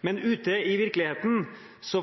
Men ute i virkeligheten